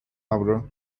avro